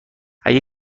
اگه